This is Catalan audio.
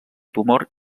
tumor